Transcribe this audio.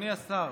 למראית עין,